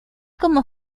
como